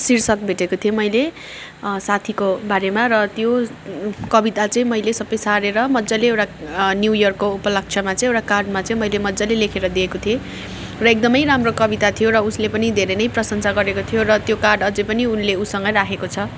शीर्षक भेटेको थिएँ मैले साथीको बारेमा र त्यो कविता चाहिँ मैले सब सारेर मजाले एउटा न्यु इयरको उपलक्ष्यमा चाहिँ एउटा कार्डमा चाहिँ मैले मजाले लेखेर दिएको थिएँ र एकदम राम्रो कविता थियो र उसले पनि धेरै नै प्रशंसा गरेको थियो र त्यो कार्ड अझ पनि उसले उसँगै राखेको छ